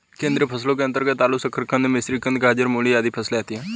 कंदीय फसलों के अंतर्गत आलू, शकरकंद, मिश्रीकंद, गाजर, मूली आदि फसलें आती हैं